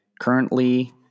currently